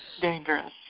dangerous